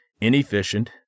inefficient